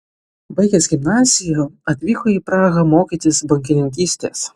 baigęs gimnaziją atvyko į prahą mokytis bankininkystės